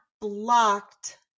blocked